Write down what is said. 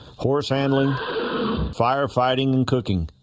horse handling firefighting and cooking